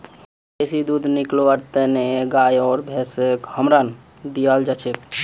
बेसी दूध निकलव्वार तने गाय आर भैंसक हार्मोन दियाल जाछेक